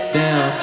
down